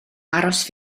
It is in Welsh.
aros